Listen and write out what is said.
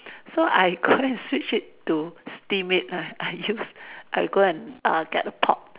so I go and switch it to steam it lah I use I go and err get a pot